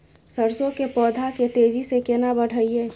सरसो के पौधा के तेजी से केना बढईये?